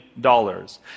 dollars